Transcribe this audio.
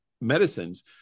medicines